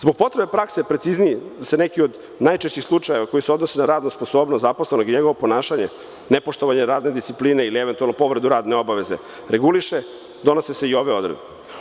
Zbog potrebe prakse preciznije da se neki od najčešćih slučajeva koji se odnose na radnu sposobnost zaposlenog i njegovog ponašanja, nepoštovanja radne discipline, ili eventualno povredu radne obaveze, donose se i ove odredbe.